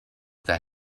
that